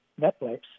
netflix